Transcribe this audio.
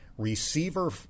receiver